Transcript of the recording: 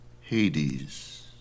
Hades